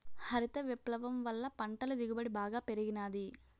హరిత విప్లవం వల్ల పంటల దిగుబడి బాగా పెరిగినాది